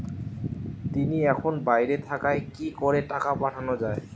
তিনি এখন বাইরে থাকায় কি করে টাকা পাঠানো য়ায়?